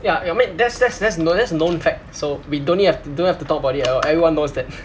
ya ya I mean that's that's that's kno~ that's known fact so we don't ne~ have don't have to talk about it anymore everyone knows that